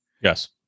Yes